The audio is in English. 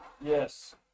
Yes